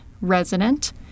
resident